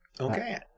Okay